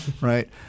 right